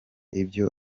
ibyo